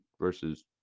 versus